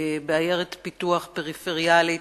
בעיירת פיתוח פריפריאלית,